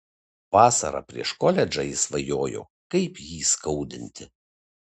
vasarą prieš koledžą ji svajojo kaip jį įskaudinti